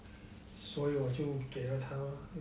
所以我就给了他咯